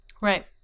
Right